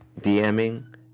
DMing